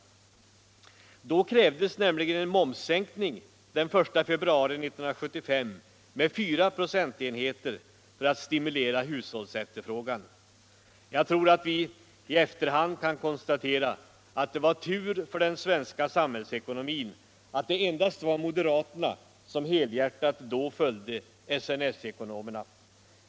Då krävdes också en momssänkning från 1 februari 1975 med 4 96 för att stimulera hushållsefterfrågan. Jag tror att vi i efterhand kan konstatera att det var tur för den svenska samhällsekonomin att det endast var moderaterna som helhjärtat då följde SNS-ekonomerna.